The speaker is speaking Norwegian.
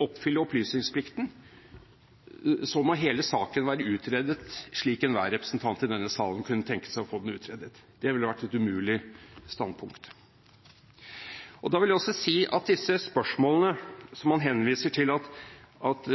utredet, for at opplysningsplikten skal være oppfylt. Det ville vært et umulig standpunkt. Jeg vil også si noe om disse spørsmålene som man henviser til at